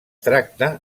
tracta